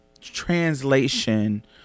translation